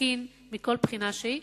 ותקין מכל בחינה שהיא,